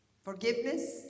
Forgiveness